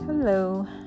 Hello